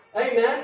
Amen